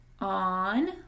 on